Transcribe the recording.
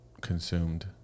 consumed